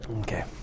Okay